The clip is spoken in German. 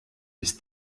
bis